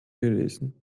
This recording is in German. gelesen